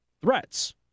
threats